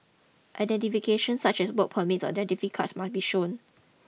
identification such as work permits or identity cards must be shown